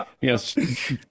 yes